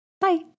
Bye